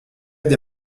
des